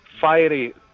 fiery